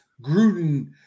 Gruden